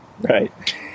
Right